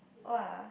!wah!